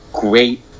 great